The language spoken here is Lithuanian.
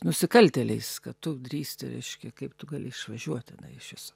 nusikaltėliais kad tu drįsti reiškia kaip tu gali išvažiuot tenai iš viso